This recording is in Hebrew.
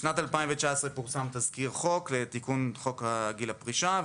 בשנת 2019 פורסם תזכיר חוק לתיקון חוק גיל הפרישה,